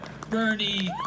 Bernie